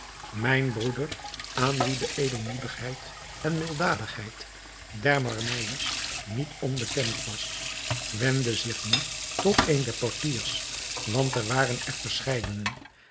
mijn broeder aan wien de edelmoedigheid en milddadigheid der barmeyers niet onbekend was wendde zich nu tot een der portiers want er waren er